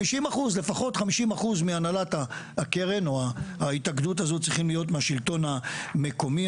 לפחות 50% מהנהלת הקרן או ההתאגדות הזו צריכים להיות מהשלטון המקומי.